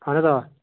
اَہَن حظ آ